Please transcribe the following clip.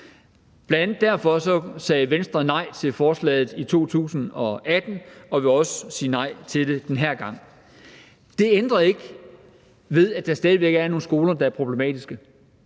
Bl.a. derfor sagde Venstre nej til forslaget i 2018 og vil også sige nej til det den her gang. Det ændrer ikke ved, at der stadig er nogle skoler, der er problematiske,